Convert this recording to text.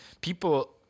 people